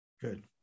Good